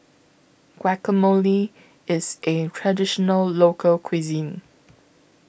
Guacamole IS A Traditional Local Cuisine